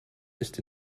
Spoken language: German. ist